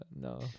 no